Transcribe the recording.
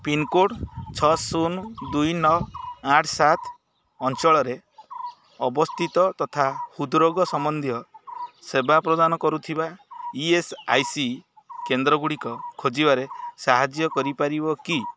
pincode ଛଅ ଶୂନ ଦୁଇ ନଅ ଆଠ ସାତ ଅଞ୍ଚଳରେ ଅବସ୍ଥିତ ତଥା ହୃଦ୍ରୋଗ ସମ୍ବନ୍ଧୀୟ ସେବା ପ୍ରଦାନ କରୁଥିବା ଇ ଏସ୍ ଆଇ ସି କେନ୍ଦ୍ର ଗୁଡ଼ିକ ଖୋଜିବାରେ ସାହାଯ୍ୟ କରିପାରିବ କି